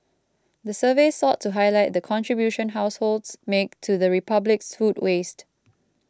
the survey sought to highlight the contribution households make to the Republic's food waste